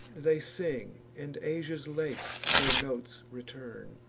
they sing, and asia's lakes their notes return.